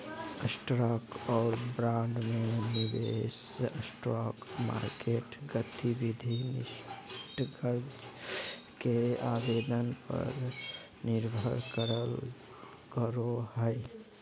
stock और bond में निवेश स्टॉक मार्केट गतिविधि निष्कर्ष के आवेदन पर निर्भर करो हइ